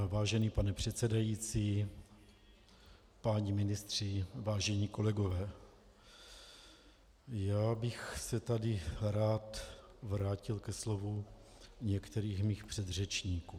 Vážený pane předsedající, páni ministři, vážení kolegové, rád bych se tady vrátil ke slovům některých svých předřečníků.